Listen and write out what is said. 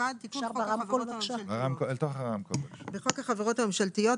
חוק החברות הממשלתיות 1. בחוק החברות הממשלתיות,